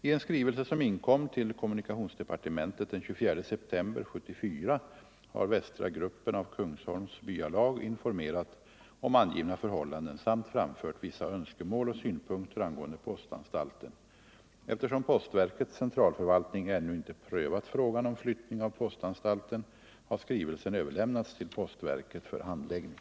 I en skrivelse som inkom till kommunikationsdepartementet den 24 september 1974 har Västra gruppen av Kungsholms byalag informerat om angivna förhållanden samt framfört vissa önskemål och synpunkter angående postanstalten. Eftersom postverkets centralförvaltning ännu inte prövat frågan om flyttning av postanstalten, har skrivelsen överlämnats till postverket för handläggning.